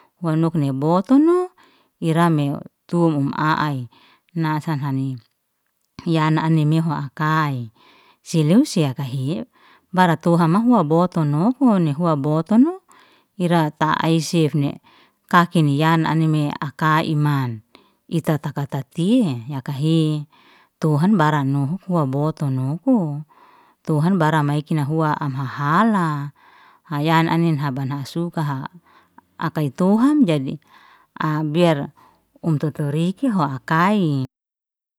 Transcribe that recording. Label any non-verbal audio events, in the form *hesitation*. Hua nokni botono ire me tum u a'ai nasan hani, hiya ani mehu'a aka'i, si lew sia kahe, bara toha mahua botu nohun ni hu botono ira ta'ai sif ne kakini yan anime aka'i iman, ita takatatihe yakahe tohan baran nohukwa boton nuhu, tuhan baram mae ikina hua am hahala, haya'an anin haban ha'a sukaha akai toham jadi *hesitation* biar untutu reikiho hakayi.